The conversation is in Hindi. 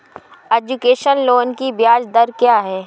एजुकेशन लोन की ब्याज दर क्या है?